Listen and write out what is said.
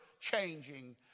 changing